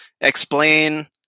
explain